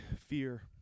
fear